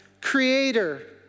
creator